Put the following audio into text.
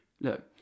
look